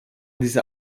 dieser